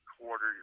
quarter